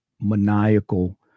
maniacal